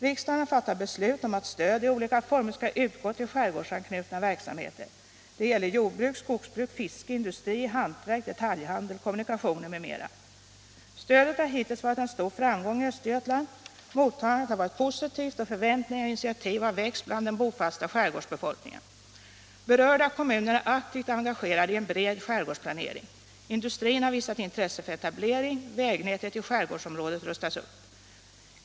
Riksdagen har fattat beslut om att stöd i skilda former skall utgå till skärgårdsanknutna verksamheter. Det gäller jordbruk, skogsbruk, fiske, industri, hantverk, detaljhandel, kommunikationer m.m. Stödet har hittills varit en stor framgång i Östergötland. Mottagandet har varit positivt. Förväntningar har väckts och initiativ har tagits bland den bofasta skärgårdsbefolkningen. Berörda kommuner är aktivt engagerade i en bred skärgårdsplanering. Industrin har visat intresse för etablering. Vägnätet i skärgårdsområdet rustas upp.